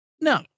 no